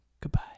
goodbye